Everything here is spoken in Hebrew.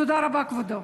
תודה רבה, כבודו.